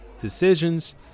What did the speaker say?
decisions